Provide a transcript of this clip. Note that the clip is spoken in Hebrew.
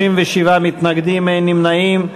37 מתנגדים, אין נמנעים.